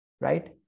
Right